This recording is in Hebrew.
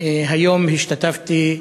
היום השתתפתי,